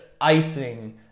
icing